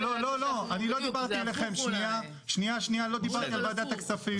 לא, אני לא דיברתי על ועדת הכספים.